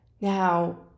Now